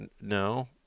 No